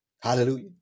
Hallelujah